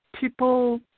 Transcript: people